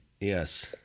Yes